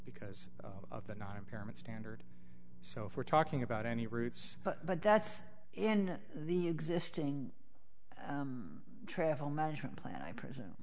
because of the not impairment standard so if we're talking about any routes but that's in the existing travel management plan i pres